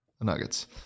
Nuggets